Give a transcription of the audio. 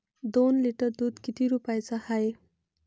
दोन लिटर दुध किती रुप्याचं हाये?